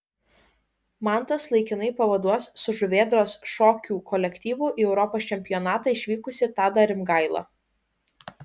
mantas laikinai pavaduos su žuvėdros šokių kolektyvu į europos čempionatą išvykusi tadą rimgailą